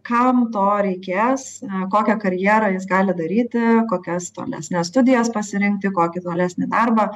kam to reikės kokią karjerą jis gali daryti kokias tolesnes studijas pasirinkti kokį tolesnį darbą